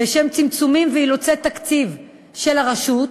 בשל צמצומים ואילוצי תקציב של הרשות,